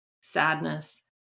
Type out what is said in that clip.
sadness